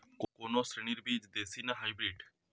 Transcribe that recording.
কোন শ্রেণীর বীজ দেশী না হাইব্রিড?